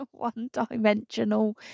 one-dimensional